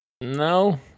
no